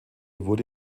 wurde